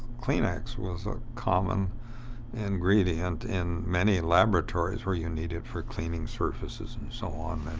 kleenex was a common ingredient in many laboratories, where you need it for cleaning surfaces and so on,